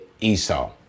Esau